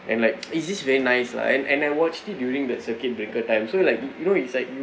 and like eh this is very nice lah and and I watched it during this circuit breaker time so like you know it's like you